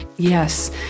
Yes